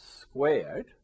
squared